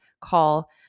call